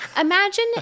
Imagine